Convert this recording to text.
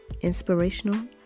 Inspirational